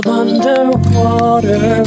underwater